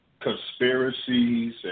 conspiracies